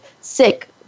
sick